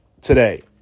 today